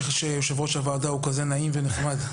שיושב ראש הוועדה הוא כזה נעים ונחמד.